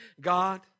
God